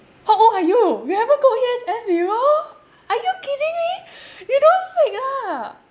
how old are you you haven't go U_S_S before are you kidding me you don't fake lah